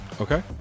Okay